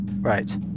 Right